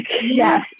Yes